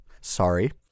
Sorry